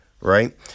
Right